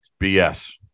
BS